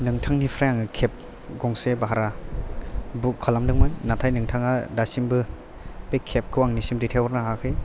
नोंथांनिफ्राय आङो केब गंसे भारा बुक खालामदोंमोन नाथाय नोंथाङा दासिमबो बे केब खौ आंनिसिम दैथायहरनो हायाखै